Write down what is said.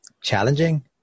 challenging